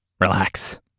Relax